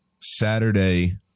Saturday